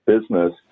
business